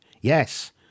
Yes